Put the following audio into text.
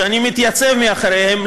שאני מתייצב מאחוריהן,